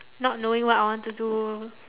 not knowing what I want to do